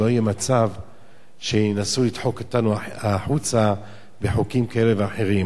שלא יהיה מצב שינסו לדחוק אותנו החוצה בחוקים כאלה ואחרים.